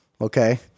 Okay